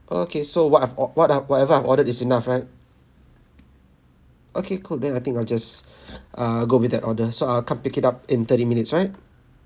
okay so what I've or~ what I whatever I've ordered is enough right okay cool then I think I'll just uh go with that order so I'll come pick it up in thirty minutes right